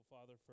Father